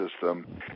system